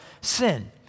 sin